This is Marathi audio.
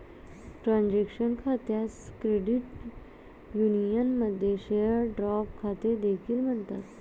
ट्रान्झॅक्शन खात्यास क्रेडिट युनियनमध्ये शेअर ड्राफ्ट खाते देखील म्हणतात